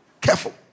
Careful